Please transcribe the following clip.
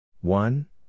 one